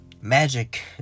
Magic